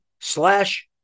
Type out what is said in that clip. slash